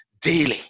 daily